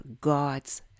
God's